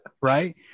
Right